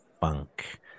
funk